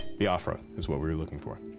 biafra is what we were looking for.